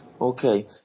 okay